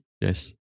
yes